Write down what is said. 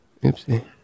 Oopsie